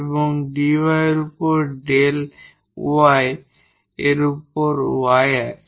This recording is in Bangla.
এবং dy এর উপর del y এর উপর y আছে